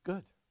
Good